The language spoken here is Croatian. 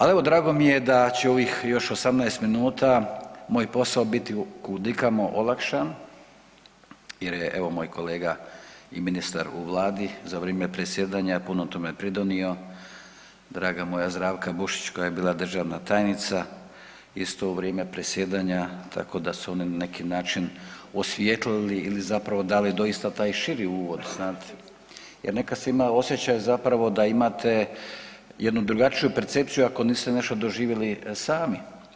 Ali evo drago mi je da će ovih još 18 minuta moj posao biti kudikamo olakšan jer je evo moj kolega i ministar u Vladi za vrijeme predsjedanja puno tome pridonio, draga moja Zdravka Bušić koja je bila državna tajnica isto u vrijeme predsjedanja tako da su oni na neki način osvijetlili ili zapravo dali doista taj širi uvod znate jer nekad se ima osjećaj zapravo da imate jednu drugačiju percepciju ako niste nešto doživjeli sami.